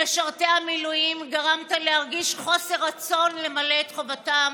למשרתי המילואים גרמת להרגיש חוסר רצון למלא את חובתם.